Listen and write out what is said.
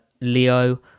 Leo